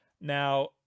Now